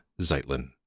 Zeitlin